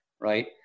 right